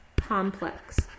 complex